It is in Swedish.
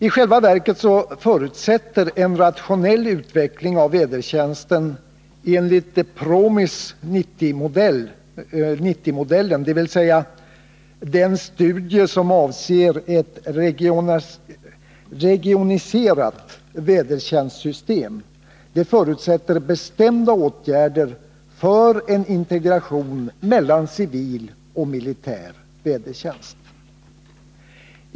I själva verket förutsätter en rationellutveckling av vädertjänsten enligt PROMIS 90-modellen, dvs. den studie som avser ett regioniserat vädertjänstsystem, bestämda åtgärder för en integration mellan civil och militär vädertjänst.